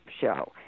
show